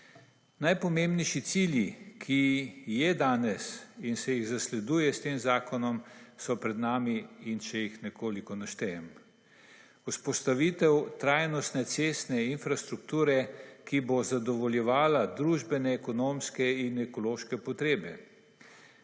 Najpomembnejši cilji, ki je danes in se jih zasleduje s tem zakonom, so pred nami in če jih nekoliko naštejem: vzpostavitev trajnostne cestne infrastrukture, ki bo zadovoljevala družbene, ekonomske in ekološke potrebe,